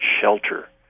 shelter